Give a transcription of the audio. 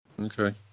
Okay